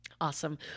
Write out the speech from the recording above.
awesome